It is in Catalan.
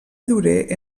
llorer